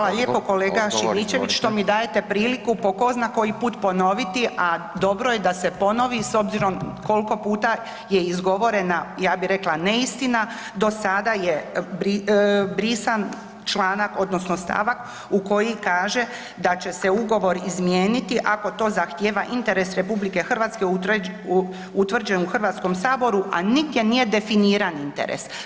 Hvala lijepo kolega Šimičević što mi dajete priliku po tko zna koji put ponoviti, a dobro je da se ponovi, s obzirom koliko puta je izgovorena, ja bih rekla, neistina, do sada je brisan članak, odnosno stavak u koji kaže da će se ugovor izmijeniti ako to zahtjeva interes RH utvrđen u HS-u, a nigdje nije definiran interes.